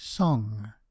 Song